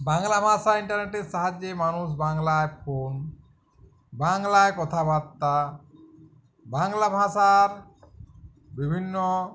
বাংলা ভাষায় ইন্টারনেটের সাহায্যে মানুষ বাংলায় ফোন বাংলায় কথাবাত্তা বাংলা ভাষার বিভিন্ন